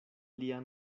lia